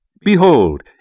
Behold